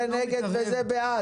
זה נגד וזה בעד.